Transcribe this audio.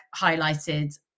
highlighted